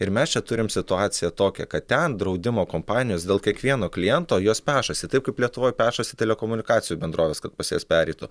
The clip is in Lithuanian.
ir mes čia turim situaciją tokią kad ten draudimo kompanijos dėl kiekvieno kliento jos pešasi taip kaip lietuvoj pešasi telekomunikacijų bendrovės kad pas jas pereitų